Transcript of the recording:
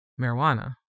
marijuana